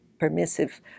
Permissive